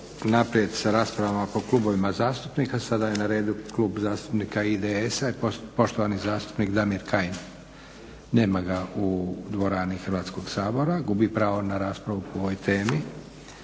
naprijed sa raspravama po klubovima zastupnika. Sada je na redu Klub zastupnika IDS-a i poštovani zastupnik Damir Kajin. Nema ga u dvorani Hrvatskoga sabora, gubi pravo na raspravu po ovoj temi.